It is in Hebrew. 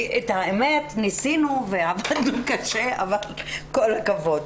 כי האמת היא שניסינו ועבדנו קשה, אבל כל הכבוד.